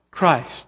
Christ